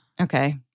Okay